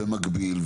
במקביל,